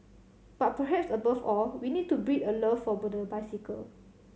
but perhaps above all we need to breed a love for the bicycle